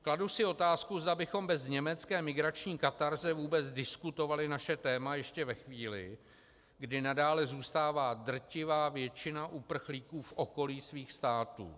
Kladu si otázku, zda bychom bez německé migrační katarze vůbec diskutovali naše téma ještě ve chvíli, kdy nadále zůstává drtivá většina uprchlíků v okolí svých států.